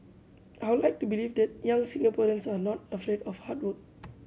I would like to believe that young Singaporeans are not afraid of hard work